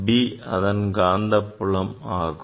B அதன் காந்தப்புலம் ஆகும்